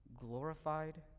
glorified